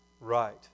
Right